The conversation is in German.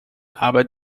arbeit